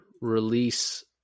release